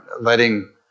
letting